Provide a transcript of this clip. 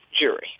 jury